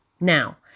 Now